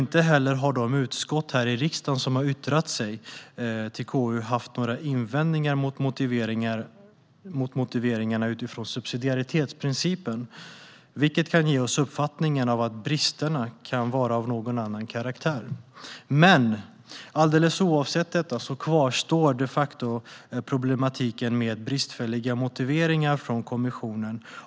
Inte heller har de utskott här i riksdagen som har yttrat sig till KU haft några invändningar mot motiveringarna utifrån subsidiaritetsprincipen, vilket kan ge uppfattningen att bristerna kan vara av någon annan karaktär. Men alldeles oavsett detta kvarstår de facto problematiken med bristfälliga motiveringar från kommissionen.